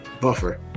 Buffer